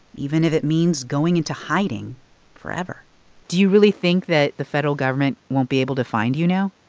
even if it means going into hiding forever do you really think that the federal government won't be able to find you now?